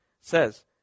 says